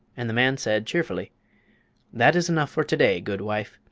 and the man said, cheerfully that is enough for to-day, good wife!